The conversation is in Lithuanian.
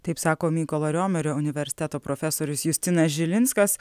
taip sako mykolo riomerio universiteto profesorius justinas žilinskas